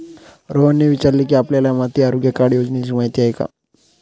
रोहनने विचारले की, आपल्याला माती आरोग्य कार्ड योजनेची माहिती आहे का?